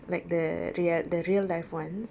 like the real the real life ones